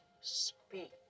speak